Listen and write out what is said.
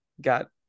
got